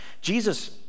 Jesus